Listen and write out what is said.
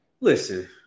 listen